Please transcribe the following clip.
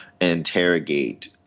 interrogate